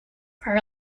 are